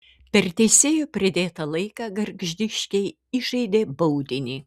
per teisėjo pridėtą laiką gargždiškiai įžaidė baudinį